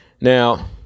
now